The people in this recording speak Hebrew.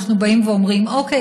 דבר ראשון אנחנו באים ואומרים: אוקיי,